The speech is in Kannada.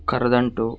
ಕರದಂಟು